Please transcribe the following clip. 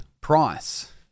price